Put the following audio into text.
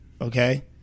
Okay